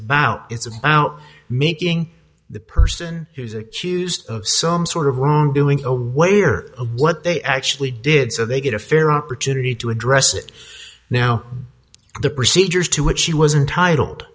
about it's about making the person who's accused of some sort of wrongdoing away or what they actually did so they get a fair opportunity to address it now the procedures to which she wasn't titled